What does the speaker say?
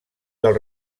del